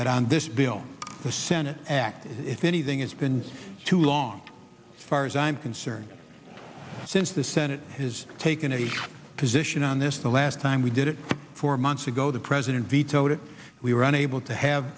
that on this bill the senate act if anything it's been too long far as i'm concerned since the senate has taken a position on this the last time we did it for months ago the president vetoed it we were unable to have